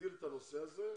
להגדיל את הנושא הזה.